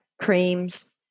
Creams